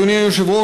אדוני היושב-ראש,